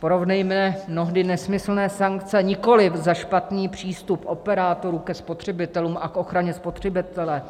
Porovnejme mnohdy nesmyslné sankce nikoliv za špatný přístup operátorů ke spotřebitelům a k ochraně spotřebitele,